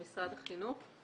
משרד החינוך.